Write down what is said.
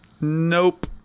Nope